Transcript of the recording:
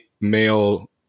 male